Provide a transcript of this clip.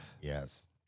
yes